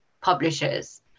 publishers